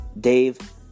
Dave